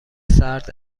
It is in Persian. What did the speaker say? سرد